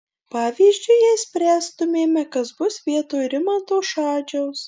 pavyzdžiui jei spręstumėme kas bus vietoj rimanto šadžiaus